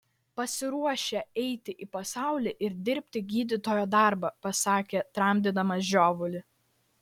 pasiruošę eiti į pasaulį ir dirbti gydytojo darbą pasakė tramdydamas žiovulį